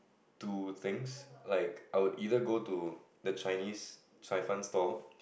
two things like I would either go to the Chinese 菜贩: cai fan stall